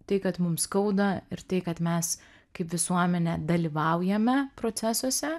tai kad mums skauda ir tai kad mes kaip visuomenė dalyvaujame procesuose